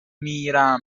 میرم